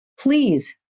Please